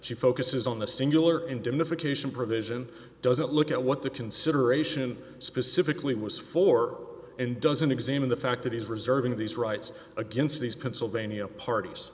she focuses on the singular indemnification provision doesn't look at what the consideration specifically was for and doesn't examine the fact that he's reserving these rights against these pennsylvania parties